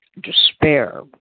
despair